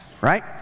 right